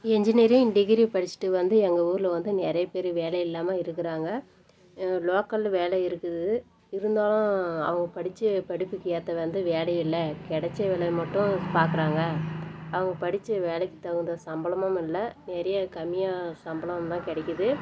engineering degree படிச்சுட்டு வந்து எங்கள் ஊரில் வந்து நிறையா பேர் வேலை இல்லாமல் இருக்கிறாங்க லோக்கல் வேலை இருக்குது இருந்தாலும் அவங்க படித்த படிப்புக்கு ஏற்ற வந்து வேலை இல்லை கிடைச்ச வேலையை மட்டும் பார்க்கறாங்க அவங்க படித்த வேலைக்கு தகுந்த சம்பளமும் இல்லை நிறைய கம்மியாக சம்பளம்தான் கிடைக்கிது